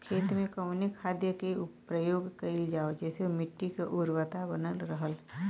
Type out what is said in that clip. खेत में कवने खाद्य के प्रयोग कइल जाव जेसे मिट्टी के उर्वरता बनल रहे?